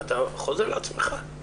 עמדה לסיוע לנוסע שמסירת הצהרת